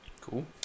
Cool